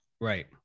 Right